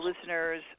listeners